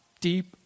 deep